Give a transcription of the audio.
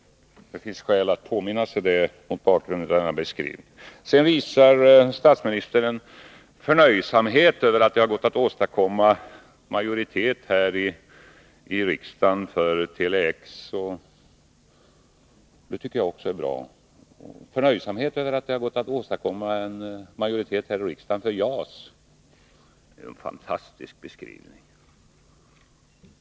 Det finns skäl att påminna sig det, mot bakgrund av denna beskrivning. Sedan visar statsministern en förnöjsamhet över att det har gått att åstadkomma majoritet här i riksdagen för Tele-X. Det tycker jag också är bra. Han visar vidare förnöjsamhet över att det har gått att åstadkomma majoritet här i riksdagen för JAS. Det är en fantastisk beskrivning!